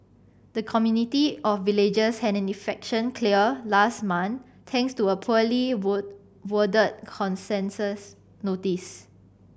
her community of villagers had an eviction clear last month thanks to a poorly word worded concensus notice